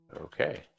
Okay